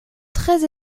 treize